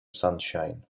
sunshine